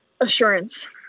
assurance